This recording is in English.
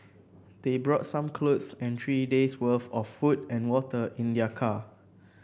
they brought some clothes and three days worth of food and water in their car